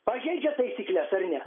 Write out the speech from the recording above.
pažeidžia taisykles ar ne